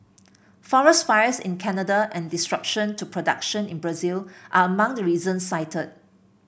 forest fires in Canada and disruption to production in Brazil are among the reasons cited